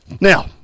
now